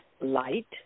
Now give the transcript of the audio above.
light